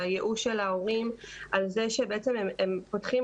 הייאוש של ההורים על זה שבעצם הם פותחים